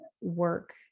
work